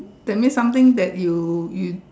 that means something that you you